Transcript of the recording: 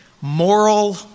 moral